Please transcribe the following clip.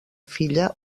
filla